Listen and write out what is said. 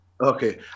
Okay